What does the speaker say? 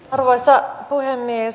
arvoisa puhemies